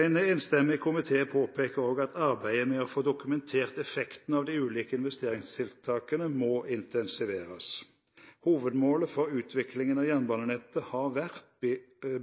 En enstemmig komité påpeker også at arbeidet med å få dokumentert effekten av de ulike investeringstiltakene må intensiveres. Hovedmålet for utviklingen av jernbanenettet har vært